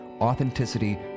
authenticity